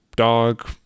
Dog